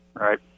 Right